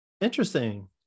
Interesting